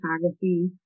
photography